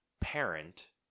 parent